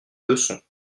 leçons